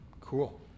Cool